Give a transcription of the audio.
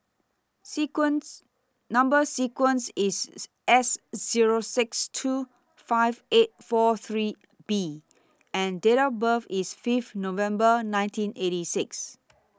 sequence Number sequence IS S Zero six two five eight four three B and Date of birth IS five November nineteen eighty six